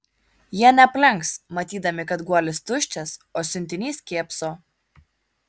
jie neaplenks matydami kad guolis tuščias o siuntinys kėpso